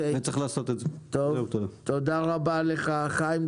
תודה רבה לך, חיים.